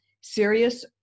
serious